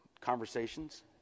conversations